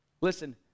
Listen